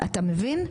אתה מבין?